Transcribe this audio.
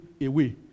away